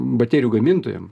baterijų gamintojam